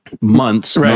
months